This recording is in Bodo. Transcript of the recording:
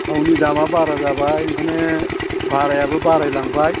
थावनि दामा बारा जाबाय ओंखायनो भारायाबो बारायलांबाय